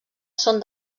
són